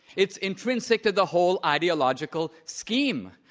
it's intrinsic to the whole ideological scheme,